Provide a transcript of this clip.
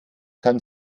kann